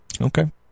Okay